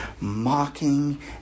mocking